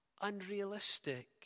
unrealistic